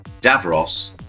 Davros